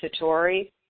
Satori